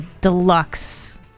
deluxe